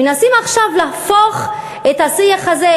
מנסים עכשיו להפוך את השיח הזה,